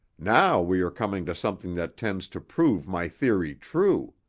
now we are coming to something that tends to prove my theory true.